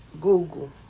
Google